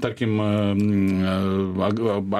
tarkim globą